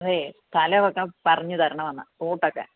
ഏയ് സ്ഥലമൊക്കെ പറഞ്ഞ് തരണം എന്ന് റൂട്ട് ഒക്കെ